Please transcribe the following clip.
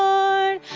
Lord